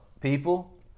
people